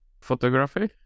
photography